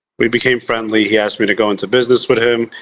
we became friendly, he asked me to go into business with him.